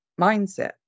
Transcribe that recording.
mindset